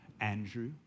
Andrew